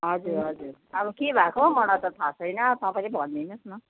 हजुर हजुर अब के भएको मलाई त थाह छैन तपाईँले भनिदिनु होस् न